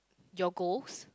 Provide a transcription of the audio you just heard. your goals